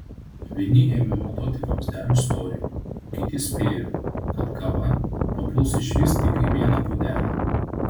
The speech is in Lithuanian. vieni ėmė matuoti vamzdelių storį kiti spėjo kad kava papuls išvis tik į vieną puodelį